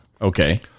Okay